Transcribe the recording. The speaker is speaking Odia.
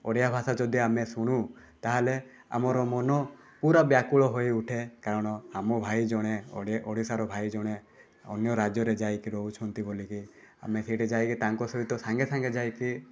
ଓଡ଼ିଆ ଭାଷା ଯଦି ଆମେ ଶୁଣୁ ତାହେଲେ ଆମର ମନ ପୂରା ବ୍ୟାକୁଳ ହୋଇ ଉଠେ କାରଣ ଆମ ଭାଇ ଜଣେ ଓଡ଼ି ଓଡ଼ିଶାର ଭାଇ ଜଣେ ଅନ୍ୟ ରାଜ୍ୟରେ ଯାଇକି ରହୁଛନ୍ତି ବୋଲିକି ଆମେ ସେଇଠି ଯାଇକି ତାଙ୍କ ସହିତ ସାଙ୍ଗେସାଙ୍ଗେ ଯାଇକି